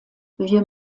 wir